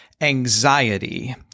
anxiety